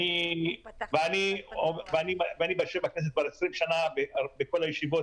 אני יושב בכנסת כבר 20 שנה בכל הישיבות,